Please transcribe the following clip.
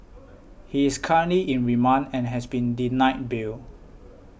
he is currently in remand and has been denied bail